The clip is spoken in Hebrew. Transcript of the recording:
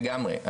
לגמרי,